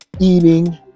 eating